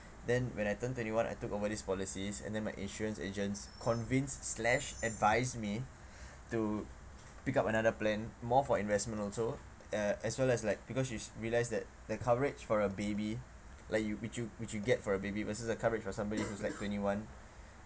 then when I turned twenty one I took over these policies and then my insurance agents convinced slash advised me to pick up another plan more for investment also uh as well as like because you realize that the coverage for a baby like which you which you get for a baby versus a coverage for somebody who's like twenty one